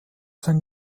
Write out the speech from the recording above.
sein